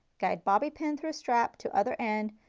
guide bobby pin through strap to other end,